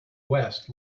west